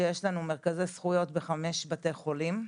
יש לנו מרכזי זכויות בחמישה בתי חולים,